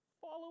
Follow